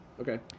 Okay